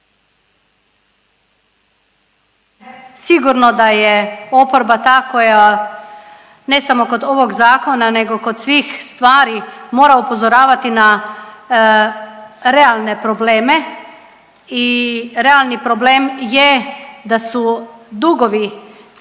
Sigurno da je oporba ta koja ne samo kod ovog zakona, nego kod svih stvari mora upozoravati na realne probleme i realni problem je da su dugovi